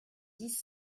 dix